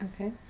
Okay